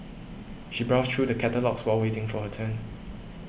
she browsed through the catalogues while waiting for her turn